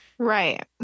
Right